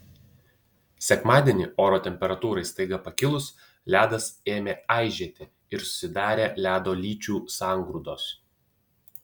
sekmadienį oro temperatūrai staiga pakilus ledas ėmė aižėti ir susidarė ledo lyčių sangrūdos